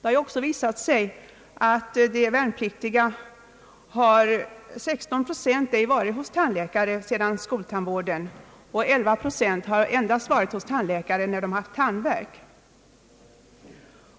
Det har också visat sig att t.ex. av de värnpliktiga har 16 procent ej varit hos tandläkaren sedan skoltandvården upphörde och 11 procent endast vid tandvärk.